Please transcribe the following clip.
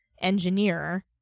engineer